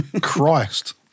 Christ